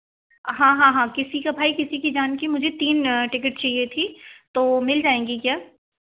हाँ हाँ हाँ किसी का भाई किसी की जान कि मुझे तीन टिकेट चाहिए थी तो मिल जाएँगी क्या